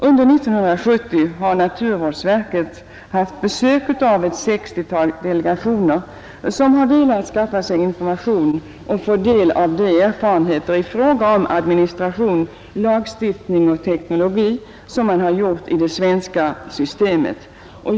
Under 1970 har naturvårdsverket haft besök av ett sextiotal delegationer som velat skaffa sig informationer och få del av de erfarenheter i fråga om administration, lagstiftning och teknologi som man gjort i det svenska systemet.